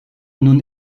nun